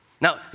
Now